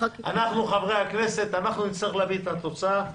אנחנו, חברי הכנסת, אנחנו נצטרך להביא את התוצאה.